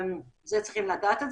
זה צריכים לדעת,